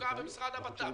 במצוקה במשרד הבט"פ,